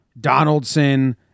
Donaldson